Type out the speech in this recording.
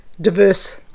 diverse